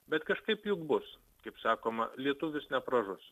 bet kažkaip juk bus kaip sakoma lietuvis nepražus